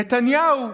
נתניהו,